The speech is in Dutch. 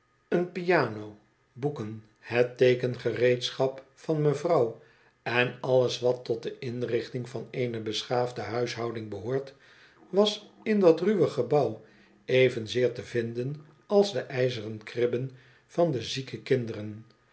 een piano boeken het tcekengereedschap van mevrouw en alles wat tot de inrichting van eene beschaafde huishouding behoort was in dat ruwe gebouw evenzeer te vinden als de ijzeren kribben van de zieke kinderen